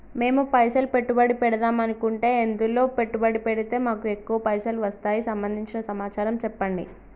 మేము పైసలు పెట్టుబడి పెడదాం అనుకుంటే ఎందులో పెట్టుబడి పెడితే మాకు ఎక్కువ పైసలు వస్తాయి సంబంధించిన సమాచారం చెప్పండి?